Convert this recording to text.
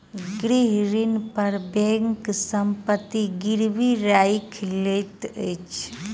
गृह ऋण पर बैंक संपत्ति गिरवी राइख लैत अछि